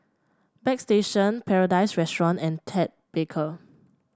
Bagstation Paradise Restaurant and Ted Baker